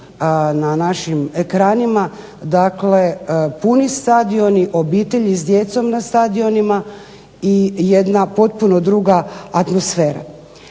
na našim ekranima, dakle puni stadioni, obitelji sa djecom na stadionima i jedna potpuno druga atmosfera.